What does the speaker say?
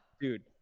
Dude